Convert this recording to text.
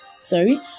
Sorry